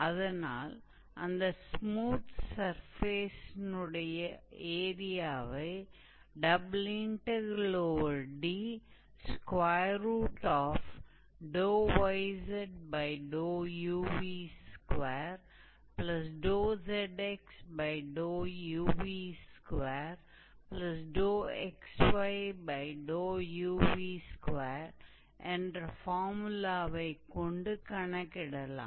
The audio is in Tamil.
அதனால் அந்த ஸ்மூத் சர்ஃபேஸ்னுடைய ஏரியாவை Dyzuv2zxuv2xyuv2 என்ற ஃபார்முலாவைக் கொண்டு கணக்கிடலாம்